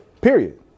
period